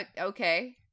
okay